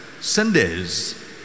Sundays